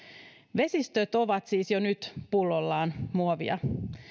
vesistöt ovat siis jo nyt pullollaan muovia